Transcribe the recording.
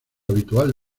habitual